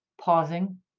pausing